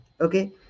Okay